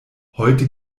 heute